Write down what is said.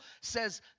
says